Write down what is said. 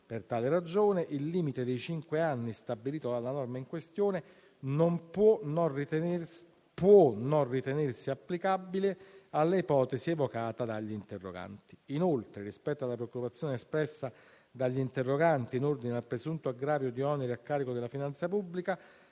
Per tale ragione, il limite dei cinque anni stabilito dalla norma in questione può non ritenersi applicabile alle ipotesi evocate dagli interroganti. Inoltre, rispetto alla preoccupazione espressa dagli interroganti in ordine al presunto aggravio di oneri a carico della finanza pubblica,